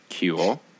Cool